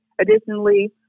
Additionally